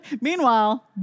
Meanwhile